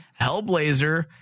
Hellblazer